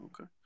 Okay